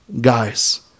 guys